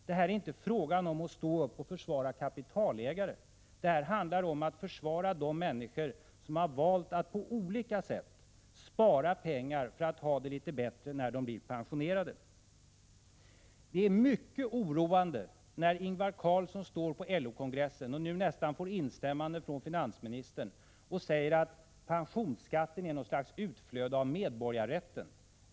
Det är inte fråga om att försvara kapitalägare — det handlar om att försvara de människor som har valt att på olika sätt spara pengar för att ha det litet bättre när de blir pensionerade. Det var mycket oroande när Ingvar Carlsson sade på LO-kongressen — och nu nästan får instämmande från finansministern — att pensionsskatten är något slags utflöde av medborgarrätten.